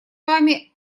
вами